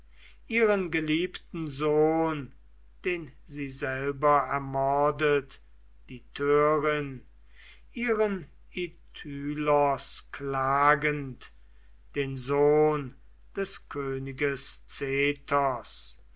ihren geliebten sohn den sie selber ermordet die törin ihren itylos klagend den sohn des